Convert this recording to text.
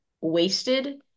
wasted